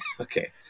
okay